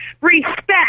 respect